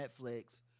Netflix